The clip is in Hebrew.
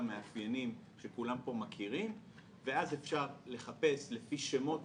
מאפיינים שכולם פה מכירים ואז אפשר לחפש לפי שמות.